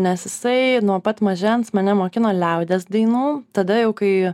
nes jisai nuo pat mažens mane mokino liaudies dainų tada jau kai